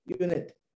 unit